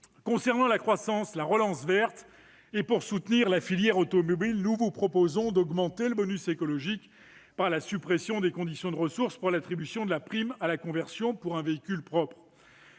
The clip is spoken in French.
En ce qui concerne la relance verte, et pour soutenir la filière automobile, nous vous proposons d'augmenter le bonus écologique en supprimant les conditions de ressources pour l'attribution de la prime à la conversion en faveur d'un véhicule propre.